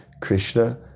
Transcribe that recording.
Krishna